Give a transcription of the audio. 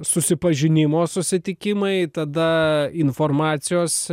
susipažinimo susitikimai tada informacijos